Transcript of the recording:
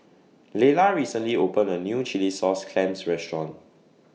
Leyla recently opened A New Chilli Sauce Clams Restaurant